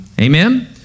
Amen